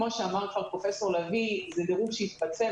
כמו שאמר כבר פרופ' לביא זה דירוג שהתפצל